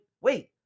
wait